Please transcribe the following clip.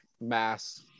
mass